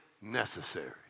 necessary